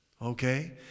Okay